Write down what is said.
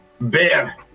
bear